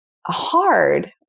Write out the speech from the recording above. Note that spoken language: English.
hard